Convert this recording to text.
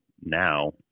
now